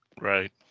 Right